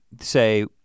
say